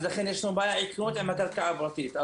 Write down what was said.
לכן יש לנו בעיה עקרונית עם הקרקע הפרטית.